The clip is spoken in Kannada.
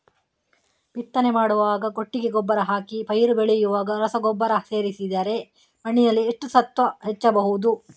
ಬಿತ್ತನೆ ಮಾಡುವಾಗ ಕೊಟ್ಟಿಗೆ ಗೊಬ್ಬರ ಹಾಕಿ ಪೈರು ಬೆಳೆಯುವಾಗ ರಸಗೊಬ್ಬರ ಸೇರಿಸಿದರೆ ಮಣ್ಣಿನಲ್ಲಿ ಎಷ್ಟು ಸತ್ವ ಹೆಚ್ಚಬಹುದು?